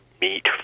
meet